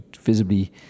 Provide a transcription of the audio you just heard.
visibly